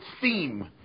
theme